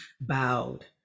bowed